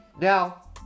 now